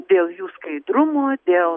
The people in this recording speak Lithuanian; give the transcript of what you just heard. dėl jų skaidrumo dėl